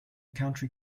country